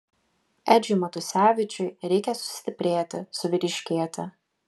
edžiui matusevičiui reikia sustiprėti suvyriškėti